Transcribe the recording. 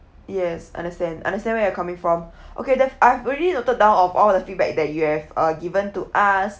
yes understand understand where you're coming from okay def~ I've already noted down of all the feedback that you have uh given to us